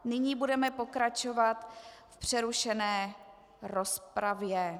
Nyní budeme pokračovat v přerušené rozpravě.